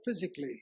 physically